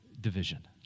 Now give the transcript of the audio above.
division